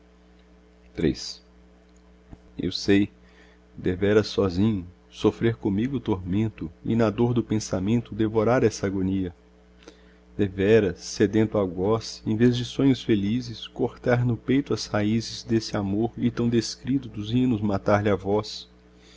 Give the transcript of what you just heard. vil eu sei devera sozinho sofrer comigo o tormento e na dor do pensamento devorar essa agonia devera sedento algoz em vez de sonhos felizes cortar no peito as raízes desse amor e tão descrido dos hinos matar lhe a voz